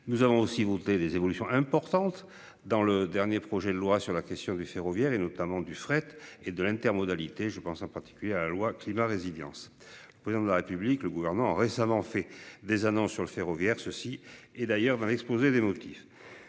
Nous avons aussi noté des évolutions importantes dans le dernier projet de loi sur la question du ferroviaire et notamment du fret et de l'intermodalité, je pense en particulier à la loi climat résilience. Le président de la République, le gouvernement a récemment fait des annonces sur le ferroviaire ceci et d'ailleurs dans l'exposé des motifs.